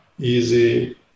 easy